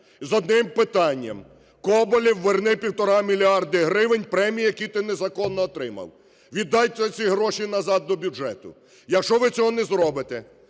з одним питанням: Коболєв, верни півтора мільярди гривень премій, які ти незаконно отримав. Віддайте ці гроші назад до бюджету. Якщо ви цього не зробите,